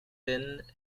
lynn